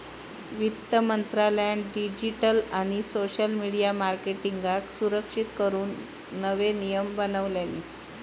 वित्त मंत्रालयान डिजीटल आणि सोशल मिडीया मार्केटींगका सुरक्षित करूक नवे नियम बनवल्यानी